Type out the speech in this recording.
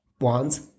wands